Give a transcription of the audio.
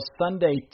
Sunday